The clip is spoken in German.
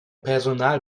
personal